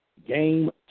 game